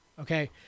Okay